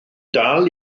dal